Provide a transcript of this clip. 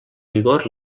vigor